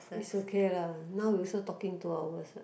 it's okay lah now we also talking two hours what